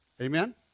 Amen